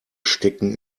stecken